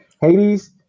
Hades